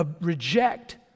reject